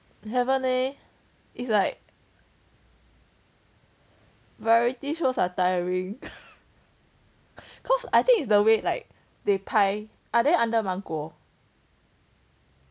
haven't leh it's like variety shows are tiring cause I think it's the way they 拍 are then under 芒果